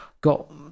got